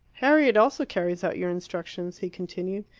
harriet also carries out your instructions, he continued.